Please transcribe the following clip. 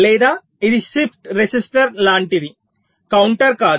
లేదా ఇది shift register లాంటిది కౌంటర్ కాదు